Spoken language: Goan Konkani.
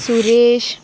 सुरेश